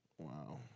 Wow